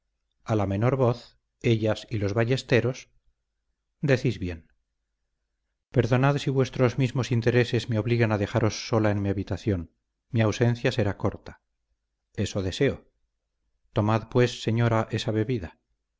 a la menor voz ellas y los ballesteros decís bien perdonad si vuestros mismos intereses me obligan a dejaros sola en mi habitación mi ausencia será corta eso deseo tomad pues señora esa bebida